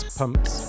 pumps